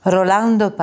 Rolando